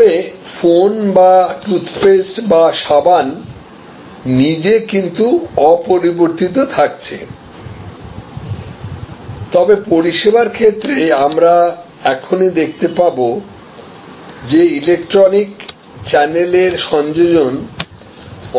তবে ফোন বা টুথপেস্ট বা সাবান নিজে কিন্তু অপরিবর্তিত থাকছে তবে পরিষেবার ক্ষেত্রে আমরা এখনই দেখতে পাব যে ইলেকট্রনিক চ্যানেলের সংযোজন